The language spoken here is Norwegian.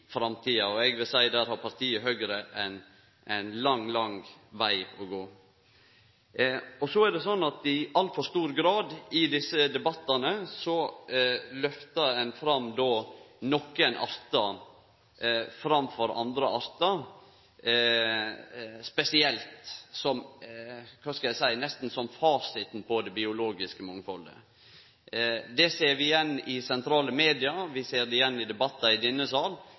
framtida. Og eg vil seie: Der har partiet Høgre ein lang, lang veg å gå. I altfor stor grad i desse debattane lyfter ein fram nokre artar framfor andre artar som – kva skal eg seie – fasiten nesten på det biologiske mangfaldet. Det ser vi igjen i sentrale media, vi ser det igjen i debattar i denne